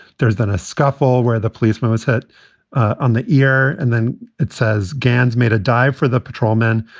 there's been a scuffle where the policeman was hit on the ear and then it says gan's made a dive for the patrolmen,